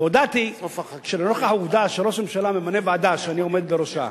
והודעתי שלנוכח העובדה שראש הממשלה ממנה ועדה שאני עומד בראשה,